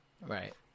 right